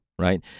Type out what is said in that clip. right